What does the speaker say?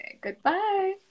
goodbye